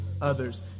others